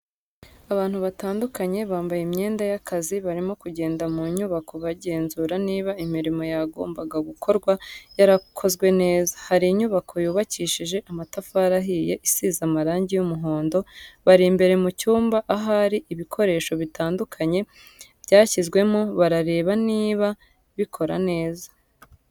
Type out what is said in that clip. Abantu batandukanye bambaye imyenda y'akazi barimo kugenda mu nyubako bagenzura niba imirimo yagombaga gukorwa yarakozwe neza, hari inyubako yubakishije amatafari ahiye isize amarangi y'umuhondo, bari imbere mu cyumba ahari ibikoresho bitandukanye byashyizwemo barareba niba bikora neza.